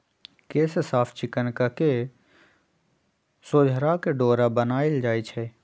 केश साफ़ चिक्कन कके सोझरा के डोरा बनाएल जाइ छइ